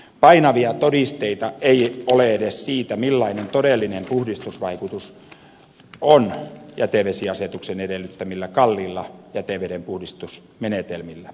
painavia todisteita ei ole edes siitä millainen todellinen puhdistusvaikutus on jätevesiasetuksen edellyttämillä kalliilla jätevedenpuhdistusmenetelmillä